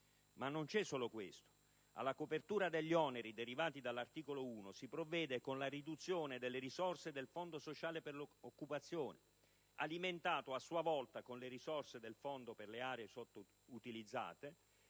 Ma non c'è solo questo. Alla copertura degli oneri derivati dall'articolo 1 si provvede con la riduzione delle risorse del Fondo sociale per l'occupazione, alimentato a sua volta con le risorse del Fondo per la aree sottoutilizzate.